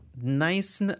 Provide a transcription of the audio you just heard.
Nice